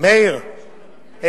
מאיר,